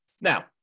Now